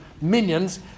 minions